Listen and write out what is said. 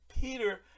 Peter